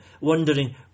wondering